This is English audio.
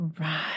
right